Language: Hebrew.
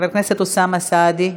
חבר הכנסת אוסאמה סעדי,